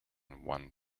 one